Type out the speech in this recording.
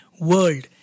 world